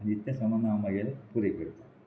आनी इतलें सांगल हांव मागीर पुरे करतां